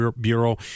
Bureau